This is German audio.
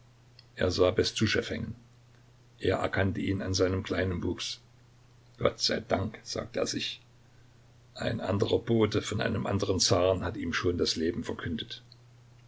er sah bestuschew hängen er erkannte ihn an seinem kleinen wuchs gott sei dank sagte er sich ein anderer bote von einem anderen zaren hat ihm schon das leben verkündet